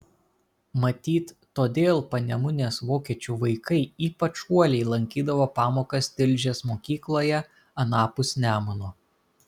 matyt todėl panemunės vokiečių vaikai ypač uoliai lankydavo pamokas tilžės mokykloje anapus nemuno